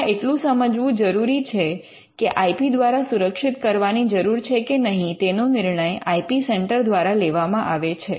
હમણાં એટલું સમજવું જરૂરી છે કે આઇ પી દ્વારા સુરક્ષિત કરવાની જરૂર છે કે નહીં તેનો નિર્ણય આઇ પી સેન્ટર દ્વારા લેવામાં આવે છે